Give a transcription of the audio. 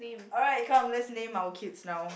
alright come let's name our kids now